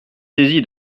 saisi